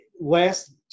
last